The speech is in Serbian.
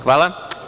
Hvala.